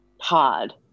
hard